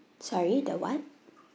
sorry the what